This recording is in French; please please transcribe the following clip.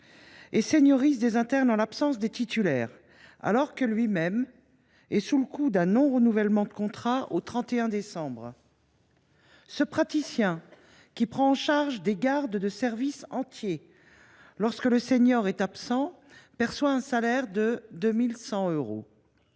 « séniorise » en l’absence des titulaires, alors que lui même est sous le coup d’un non renouvellement de contrat au 31 décembre suivant. Ce praticien, qui prend en charge des gardes de services entiers lorsque le médecin senior est absent, perçoit un salaire de 2 100 euros